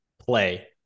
play